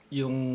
yung